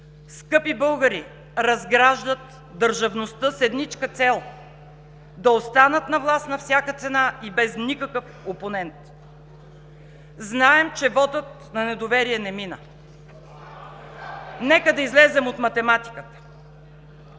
Скъпи българи, разграждат държавността с едничка цел – да останат на власт на всяка цена и без никакъв опонент. Знаем, че вотът на недоверие не мина. (Реплики.) Нека да излезем от математиката